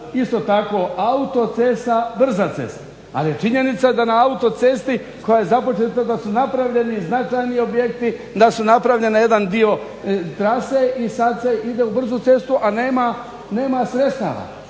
isto tako autocesta, brza cesta. Ali je činjenica da na autocesti koja je započeta da su napravljeni značajni objekti, da je napravljen jedan dio trase i sad se ide u brzu cestu a nema sredstava.